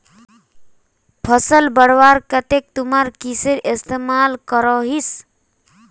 फसल बढ़वार केते तुमरा किसेर इस्तेमाल करोहिस?